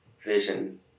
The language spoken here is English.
vision